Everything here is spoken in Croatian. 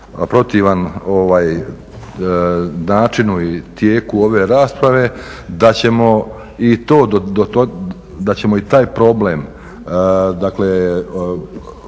protivan načinu i tijeku ove rasprave, da ćemo i taj problem dakle